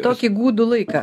tokį gūdų laiką